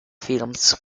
films